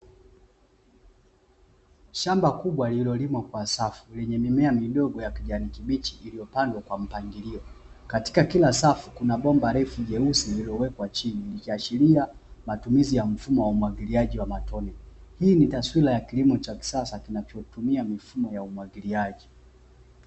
Shamba kubwa lilolimwa kwa safu, lenye mimea midogo ya kijani kibichi, iliyopandwa kwa mpangilio katika kila safu. Kuna bomba refu jeusi, lililowekwa chini, ikiashiria matumizi ya mfumo wa umwagiliaji wa matone. Hii ni taswira ya kilimo cha kisasa kinachotumia mfumo ya umwagiliaji.